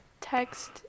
Text